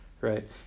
Right